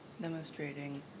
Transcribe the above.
demonstrating